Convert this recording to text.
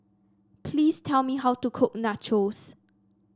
please tell me how to cook Nachos